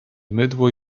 mydło